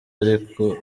ariko